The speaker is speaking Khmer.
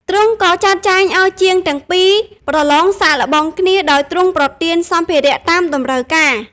ទ្រង់ក៏ចាត់ចែងឱ្យជាងទាំងពីរប្រឡងសាកល្បងគ្នា ដោយទ្រង់ប្រទានសម្ភារៈតាមតម្រូវការ។